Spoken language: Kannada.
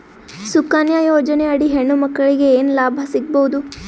ಸುಕನ್ಯಾ ಯೋಜನೆ ಅಡಿ ಹೆಣ್ಣು ಮಕ್ಕಳಿಗೆ ಏನ ಲಾಭ ಸಿಗಬಹುದು?